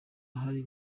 ahari